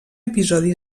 episodi